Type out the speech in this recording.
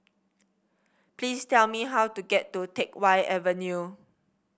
please tell me how to get to Teck Whye Avenue